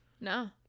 No